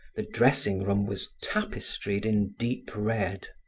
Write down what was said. the dressing room was tapestried in deep red.